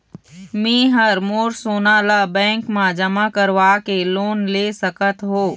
मैं हर मोर सोना ला बैंक म जमा करवाके लोन ले सकत हो?